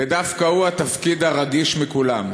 ודווקא הוא התפקיד הרגיש מכולם.